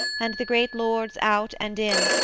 and the great lords out and in,